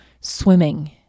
swimming